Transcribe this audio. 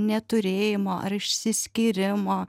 neturėjimo ar išsiskyrimo